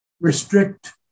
restrict